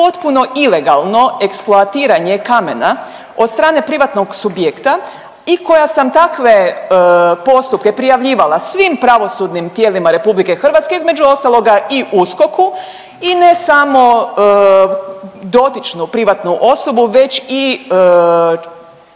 potpuno ilegalno eksploatiranje kamena od strane privatnog subjekta i koja sam takve postupke prijavljivala svim pravosudnim tijelima RH između ostaloga i USKOK-u i ne samo dotičnu privatnu osobu već i